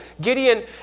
Gideon